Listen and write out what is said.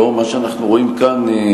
לנוכח מה שאנחנו רואים כאן,